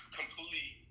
completely